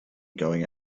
going